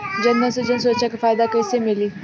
जनधन से जन सुरक्षा के फायदा कैसे मिली?